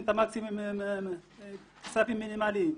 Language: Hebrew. את המקסימום בעזרת כספים מינימליים.